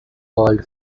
world